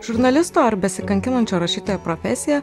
žurnalisto ar besikankinančio rašytojo profesija